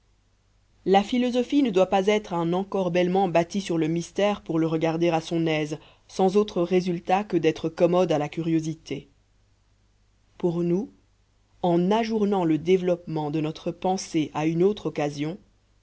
la philosophie ne doit pas être un encorbellement bâti sur le mystère pour le regarder à son aise sans autre résultat que d'être commode à la curiosité pour nous en ajournant le développement de notre pensée à une autre occasion